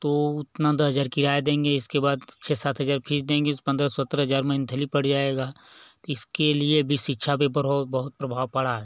तो उतना दस हज़ार किराया देंगे इसके बाद छः सात हज़ार फीस देंगे उस पंद्रह से सत्रह हज़ार मंथली पड़ जाएगा तो इसके लिए भी शिक्षा पर बरो बहुत प्रभाव पड़ा है